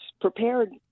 prepared